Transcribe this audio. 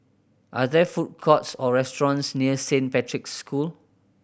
are there food courts or restaurants near Saint Patrick's School